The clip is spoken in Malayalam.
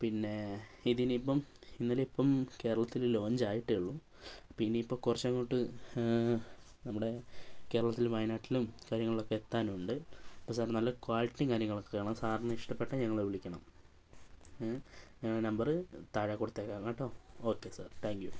പിന്നെ ഇതിനിയിപ്പം ഇന്നലെയിപ്പം കേരളത്തിൽ ലോഞ്ചായിട്ടേയുള്ളൂ പിന്നെയിപ്പം കുറച്ചങ്ങോട്ട് നമ്മുടെ കേരളത്തിൽ വയനാട്ടിലും കാര്യങ്ങളൊക്കെ എത്താനുണ്ട് അപ്പോൾ സർ നല്ല ക്വാളിറ്റിയും കാര്യങ്ങളൊക്കെയാണ് സാറിന് ഇഷ്ടപ്പെട്ടാൽ ഞങ്ങളെ വിളിക്കണം ഞങ്ങളെ നമ്പറ് താഴെ കൊടുത്തേക്കാം കേട്ടോ ഓക്കേ സർ താങ്ക് യൂ